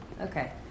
Okay